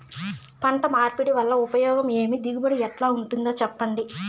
పంట మార్పిడి వల్ల ఉపయోగం ఏమి దిగుబడి ఎట్లా ఉంటుందో చెప్పండి?